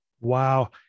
Wow